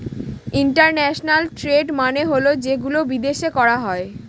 international trade মানে হল যেগুলো বিদেশে করা হয়